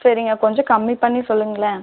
சரிங்க கொஞ்சம் கம்மி பண்ணி சொல்லுங்களேன்